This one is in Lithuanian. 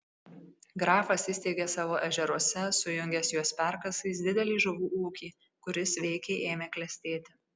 grafas įsteigė savo ežeruose sujungęs juos perkasais didelį žuvų ūkį kuris veikiai ėmė klestėti